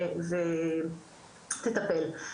ותטפל.